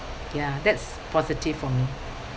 ya that's positive for me